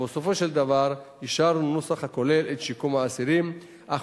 ובסופו של דבר אישרנו נוסח הכולל את שיקום האסירים אך